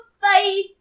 Bye